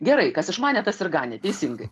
gerai kas išmanė tas ir ganė teisingai